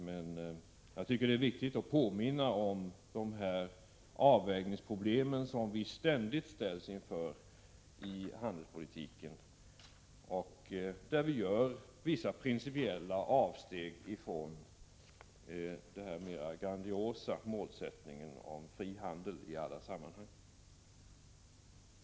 Det är emellertid viktigt att påminna om de avvägningsproblem som vi ständigt ställs inför i handelspolitiken, och där vi gör vissa principiella avsteg från den mer grandiosa målsättningen om fri handel i alla sammanhang.